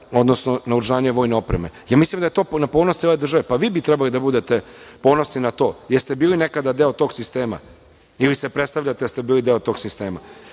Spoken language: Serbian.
odnosno naoružanje vojne opreme. Ja mislim da je to na ponos cele države. Pa, vi bi trebalo da budete ponosni na to, jer ste bili nekada deo tog sistema ili se predstavljate da ste bili deo tog sistema. Vojska